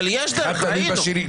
אחד תלוי בשני.